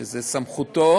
שזה זכות של